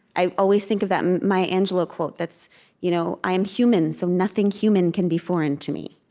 i always think of that maya angelou quote that's you know i am human, so nothing human can be foreign to me